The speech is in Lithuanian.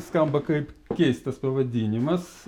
skamba kaip keistas pavadinimas